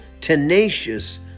tenacious